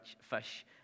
fish